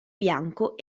bianco